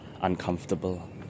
uncomfortable